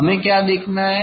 हमें क्या देखना है